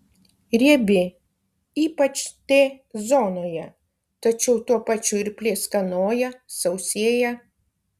riebi ypač t zonoje tačiau tuo pačiu ir pleiskanoja sausėja